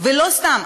ולא סתם.